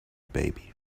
baby